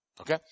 Okay